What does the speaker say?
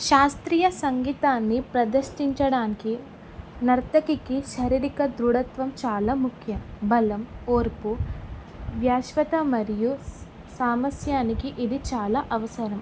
శాస్త్రీయ సంగీతాన్ని ప్రదర్షించడానికి నర్తకికి శారీరిక దృఢత్వం చాలా ముఖ్య బలం ఓర్పు వశ్యత మరియు సామస్యానికి ఇది చాలా అవసరం